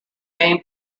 game